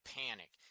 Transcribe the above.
panic